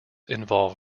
involve